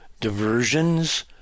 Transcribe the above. diversions